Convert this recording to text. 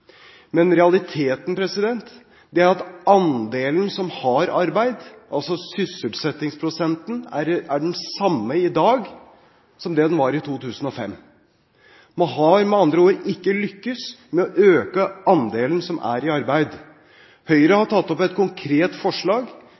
Men realiteten er at andelen som har arbeid, altså sysselsettingsprosenten, er den samme i dag som den var i 2005. Man har med andre ord ikke lyktes med å øke andelen som er i arbeid. Høyre har tatt opp et konkret forslag,